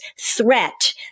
threat